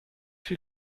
viel